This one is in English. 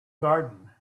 garden